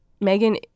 megan